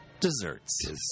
desserts